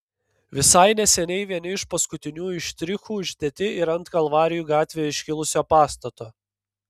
visai neseniai vieni iš paskutiniųjų štrichų uždėti ir ant kalvarijų gatvėje iškilusio pastato